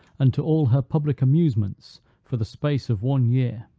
and to all her public amusements, for the space of one year,